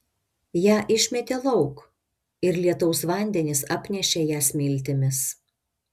ją išmetė lauk ir lietaus vandenys apnešė ją smiltimis